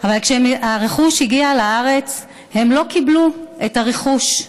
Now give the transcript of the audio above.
אבל כשהרכוש הגיע לארץ, הם לא קיבלו את הרכוש.